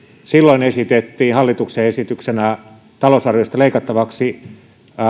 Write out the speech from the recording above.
silloin esitettiin hallituksen esityksenä talousarviosta leikattavaksi